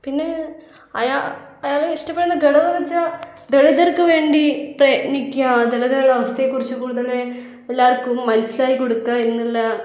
പിന്നെ അയാളെ ഇഷ്ടപ്പെടുന്ന ഘടകം എന്നു വെച്ചാൽ ദളിതർക്ക് വേണ്ടി പ്രയത്നിക്കുക ദളിതരുടെ അവസ്ഥയെ കുറിച്ച് കൂടുതൽ എല്ലാവർക്കും മനസിലാക്കിക്കൊടുക്കുക എന്നുള്ള